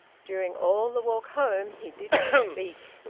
during all the walk home he did not speak.